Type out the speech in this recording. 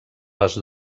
les